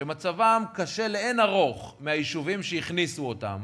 שמצבם קשה לאין ערוך מהיישובים שהכניסו אותם